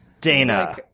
Dana